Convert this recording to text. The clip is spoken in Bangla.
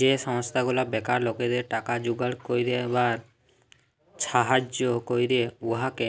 যে সংস্থা গুলা বেকার লকদের টাকা জুগাড় ক্যইরবার ছাহাজ্জ্য ক্যরে উয়াকে